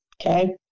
Okay